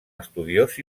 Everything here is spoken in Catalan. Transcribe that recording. estudiós